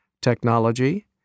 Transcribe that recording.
technology